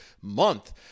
month